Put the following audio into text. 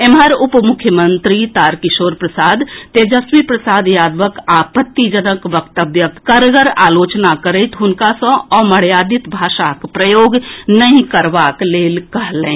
एम्हर उपमुख्यमंत्री तारकिशोर प्रसाद तेजस्वी प्रसाद यादवक आपत्तिजनक वक्तव्यक कड़गर आलोचना करैत हुनका सँ अमर्यादित भाषाक प्रयोग नहि करबाक लेल कहलनि